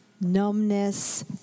numbness